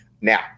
Now